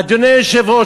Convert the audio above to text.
אדוני היושב-ראש,